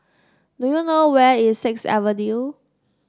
do you know where is Sixth Avenue